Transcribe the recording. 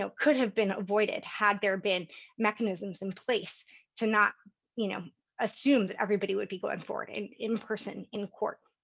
so could have been avoided had there been mechanisms in place to not you know assume that everybody would be going forward in in person in court.